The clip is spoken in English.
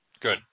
Good